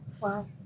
wow